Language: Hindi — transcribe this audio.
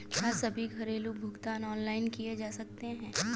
क्या सभी घरेलू भुगतान ऑनलाइन किए जा सकते हैं?